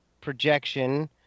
projection